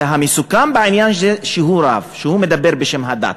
והמסוכן בעניין שהוא רב, שהוא מדבר בשם הדת.